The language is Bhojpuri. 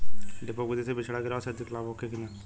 डेपोक विधि से बिचड़ा गिरावे से अधिक लाभ होखे की न?